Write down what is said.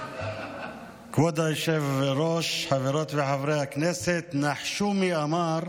כבוד היושב-ראש, חברות וחברי הכנסת, נחשו מי אמר: